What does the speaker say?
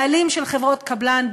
בעלים של חברות קבלן,